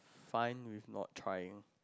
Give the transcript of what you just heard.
fine with not trying